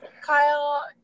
Kyle